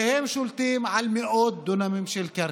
והם שולטים על מאות דונמים של קרקע.